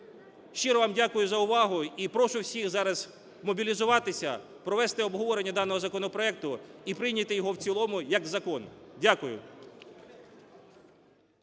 щиро вам дякую за увагу. І прошу всіх зараз змобілізуватися, провести обговорення даного законопроекту і прийняти його в цілому як закон. Дякую.